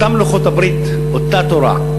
אותם לוחות-הברית, אותה תורה.